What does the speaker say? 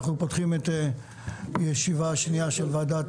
אנחנו פותחים את הישיבה השנייה של ועדת